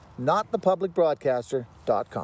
notthepublicbroadcaster.com